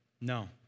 No